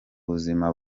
buzima